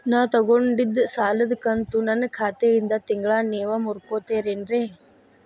ನಾ ತೊಗೊಂಡಿದ್ದ ಸಾಲದ ಕಂತು ನನ್ನ ಖಾತೆಯಿಂದ ತಿಂಗಳಾ ನೇವ್ ಮುರೇತೇರೇನ್ರೇ?